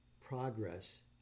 progress